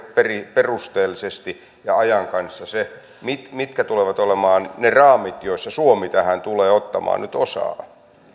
perusteellisesti ja ajan kanssa se mitkä mitkä tulevat olemaan ne raamit joissa suomi tähän tulee ottamaan nyt